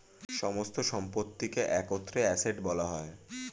সমস্ত সম্পত্তিকে একত্রে অ্যাসেট্ বলা হয়